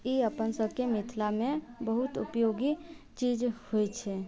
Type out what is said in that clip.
ई अपन सभके मिथिलामे बहुत उपयोगी चीज होइ छै